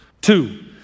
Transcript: Two